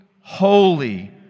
holy